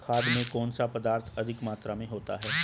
खाद में कौन सा पदार्थ अधिक मात्रा में होता है?